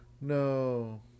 No